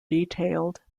detailed